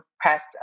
press